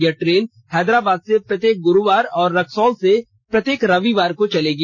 यह ट्रेन हैदरबाद से प्रत्येक गुरुवार और रक्सौल से प्रत्येक रविवार को चलेगी